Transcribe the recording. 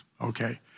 okay